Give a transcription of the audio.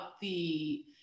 the-